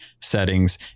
settings